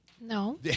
No